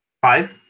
five